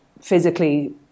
physically